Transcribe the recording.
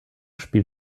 spielt